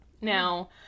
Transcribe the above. Now